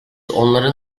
onların